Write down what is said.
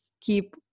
keep